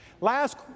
last